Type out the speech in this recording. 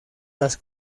las